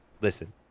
listen